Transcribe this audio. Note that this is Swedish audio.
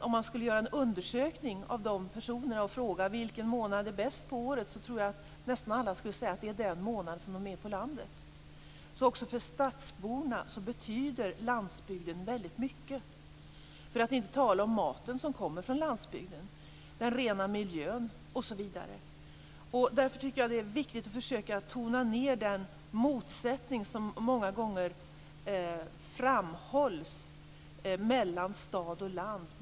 Om man skulle göra en undersökning bland de personerna och fråga vilken månad på året som är bäst, tror jag att nästan alla skulle säga att det är den månad när de är på landet. Också för stadsborna betyder alltså landsbygden, för att inte tala om maten som kommer från landsbygden, den rena miljön osv., väldigt mycket. Jag tycker att det är viktigt att försöka tona ned den motsättning som många gånger framhålls mellan stad och land.